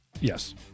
Yes